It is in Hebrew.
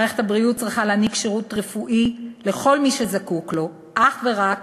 מערכת הבריאות צריכה להעניק שירות רפואי לכל מי שזקוק לו אך ורק